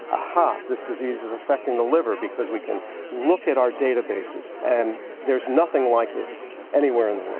ah aha, this disease is affecting the liver because we can look at our databases. and there's nothing like this anywhere in the